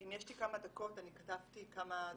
אם יש לי כמה דקות, אני כתבתי כמה דברים.